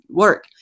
work